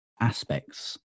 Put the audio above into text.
aspects